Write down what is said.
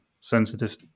sensitive